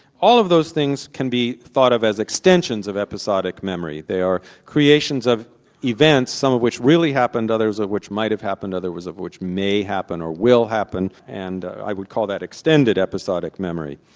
all of those things can be thought of as extensions of episodic memory they are creations of events, some of which really happened, others of which might have happened, others of which may happen or will happen and i would call that extended episodic memory.